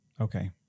okay